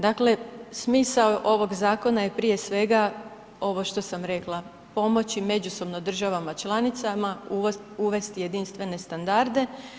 Dakle, smisao ovog zakona je prije svega ovo što sam rekla, pomoći međusobno državama članica, uvesti jedinstvene standarde.